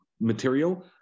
material